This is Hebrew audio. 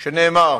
שנאמר,